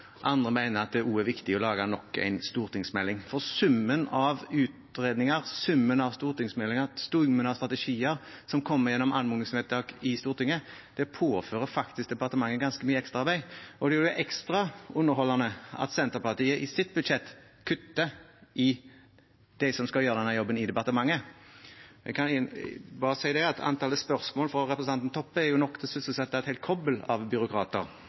Andre mener at det også er viktig å lage nok en stortingsmelding. Summen av utredninger, summen av stortingsmeldinger, summen av strategier som kommer gjennom anmodningsvedtak i Stortinget, påfører faktisk departementet ganske mye ekstraarbeid, og det gjør det ekstra underholdende at Senterpartiet i sitt budsjett kutter til dem som skal gjøre denne jobben i departementet. Jeg vil bare si at antallet spørsmål fra representanten Toppe er nok til å sysselsette et helt kobbel av byråkrater.